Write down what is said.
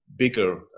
bigger